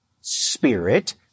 spirit